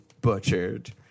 butchered